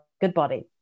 Goodbody